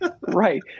Right